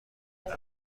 نبود